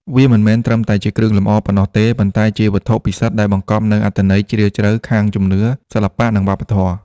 វាមិនមែនត្រឹមតែជាគ្រឿងលម្អប៉ុណ្ណោះទេ ប៉ុន្តែជាវត្ថុពិសិដ្ឋដែលបង្កប់នូវអត្ថន័យជ្រាលជ្រៅខាងជំនឿ សិល្បៈ និងវប្បធម៌។